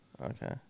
Okay